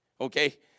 okay